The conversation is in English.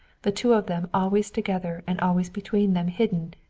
the two of them always together and always between them hidden,